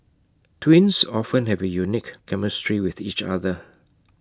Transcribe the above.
twins often have A unique chemistry with each other